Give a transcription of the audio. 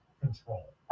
control